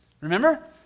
Remember